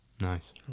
Nice